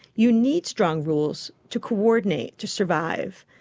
you need strong rules to coordinate to survive.